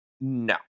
No